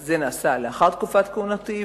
זה נעשה לאחר תקופת כהונתי,